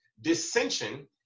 dissension